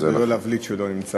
כדי לא להבליט שהוא לא נמצא.